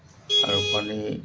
আৰু পানী